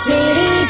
City